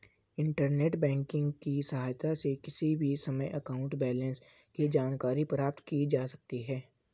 internet banking की सहायता से किसी भी समय अकाउंट बैलेंस की जानकारी प्राप्त की जा सकती है